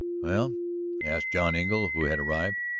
well? asked john engle who had arrived,